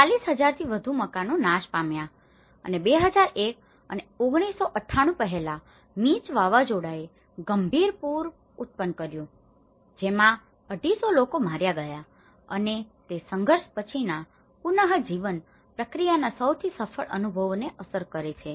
40 હજારથી વધુ મકાનો નાશ પામ્યા અને 2001 અને 1998 પહેલા મીચ વાવાઝોડાએ ગંભીર પૂર ઉત્પન્ન કર્યું જેમાં 250 લોકો માર્યા ગયા અને તે સંઘર્ષ પછીના પુનજીવન પ્રક્રિયાના સૌથી સફળ અનુભવોને અસર કરે છે